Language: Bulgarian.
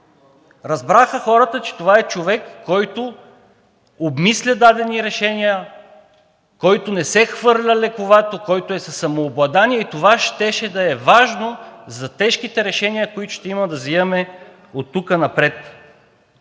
Разбраха хората, че това е човек, който обмисля дадени решения, който не се хвърля лековато, който е със самообладание, и това щеше да е важно за тежките решения, които ще има да взимаме оттук напред